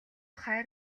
хайр